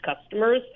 customers